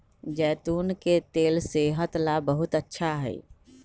जैतून के तेल सेहत ला बहुत अच्छा हई